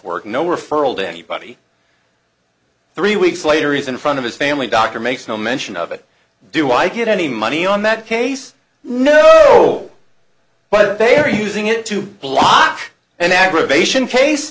work no referral to anybody three weeks later is in front of his family doctor makes no mention of it do i get any money on that case no but they are using it to bluff and aggravation case